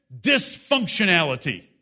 dysfunctionality